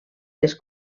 les